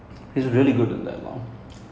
okay